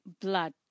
blood